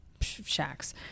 shacks